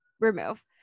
remove